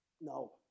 No